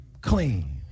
clean